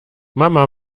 mama